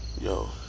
Yo